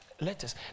letters